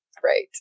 Great